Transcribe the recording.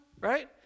Right